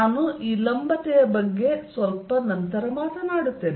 ನಾನು ಈ ಲಂಬತೆಯ ಬಗ್ಗೆ ಸ್ವಲ್ಪ ನಂತರ ಮಾತನಾಡುತ್ತೇನೆ